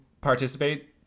participate